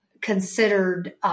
considered